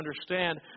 understand